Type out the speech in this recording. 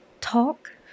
talk